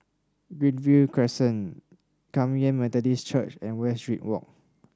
Greenview Crescent Kum Yan Methodist Church and Westridge Walk